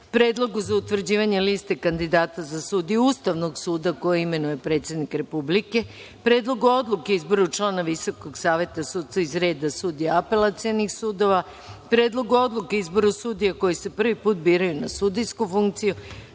Predlogu za utvrđivanje liste kandidata za sudije Ustavnog suda koje imenuje predsednik Republike; Predlogu odluke o izboru članova Visokog saveta sudstva iz reda sudija apelacionih sudova; Predlogu odluke o izboru sudija koji se prvi put biraju na sudijsku funkciju;